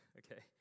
okay